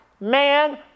man